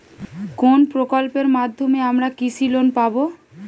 কোন প্রকল্পের মাধ্যমে আমরা কৃষি লোন পাবো?